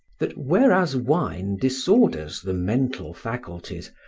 that whereas wine disorders the mental faculties,